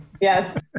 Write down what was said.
Yes